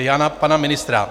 Já na pana ministra.